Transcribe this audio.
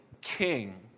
king